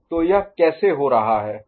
तो यह कैसे हो रहा है